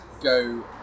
go